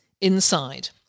inside